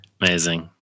Amazing